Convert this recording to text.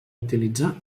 utilitzar